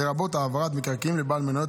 לרבות העברת מקרקעין לבעל המניות,